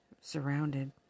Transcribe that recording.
surrounded